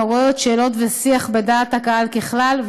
המעוררת שאלות ושיח בדעת הקהל ככלל,